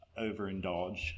overindulge